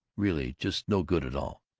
really just no good at all.